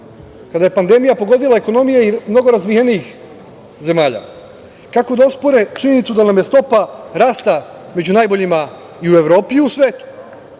kada je pandemija pogodila ekonomiju mnogo razvijenijih zemalja. Kako da ospore činjenicu da nam je stopa rasta među najboljima i u Evropi i u svetu,